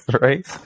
right